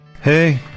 Hey